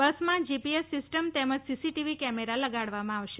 બસમાં GPS system તેમજ CCTV camera લગાડવામાં આવશે